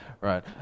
right